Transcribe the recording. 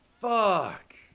fuck